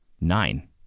Nine